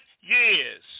years